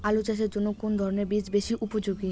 আলু চাষের জন্য কোন ধরণের বীজ বেশি উপযোগী?